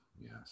Yes